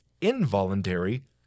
involuntary